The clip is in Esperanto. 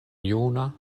juna